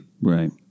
Right